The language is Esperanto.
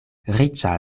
riĉa